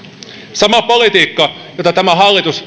sama politiikka jota tämä hallitus